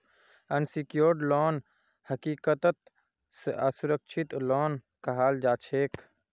unsecured loan हकीकतत असुरक्षित loan कहाल जाछेक